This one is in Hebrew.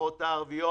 מהמשפחות הערביות